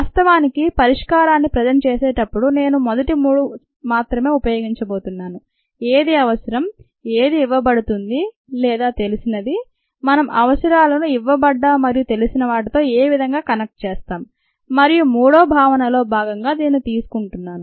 వాస్తవానికి పరిష్కారాన్ని ప్రజంట్ చేసేటప్పుడు నేను మొదటి 3 మాత్రమే ఉపయోగించబోతున్నాను ఏది అవసరం ఏది ఇవ్వబడుతుంది లేదా తెలిసినది మనం అవసరాలను ఇవ్వబడ్డ మరియు తెలిసిన వాటితో ఏవిధంగా కనెక్ట్ చేస్తాం మరియు మూడో భావనలో భాగంగా దీనిని తీసుకుంటాను